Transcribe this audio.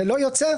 תודה.